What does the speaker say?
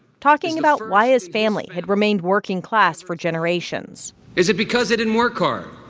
talking about why his family had remained working class for generations is it because they didn't work hard?